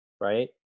right